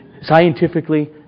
Scientifically